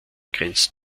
grenzt